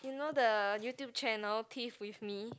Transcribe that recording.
you know the YouTube channel Teeth with me